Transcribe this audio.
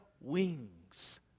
wings